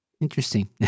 Interesting